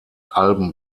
alben